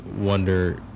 wonder